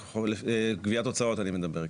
גביית הוצאות אני מדבר,